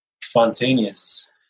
spontaneous